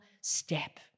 step